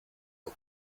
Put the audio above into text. the